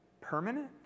permanent